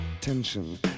tension